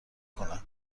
کنم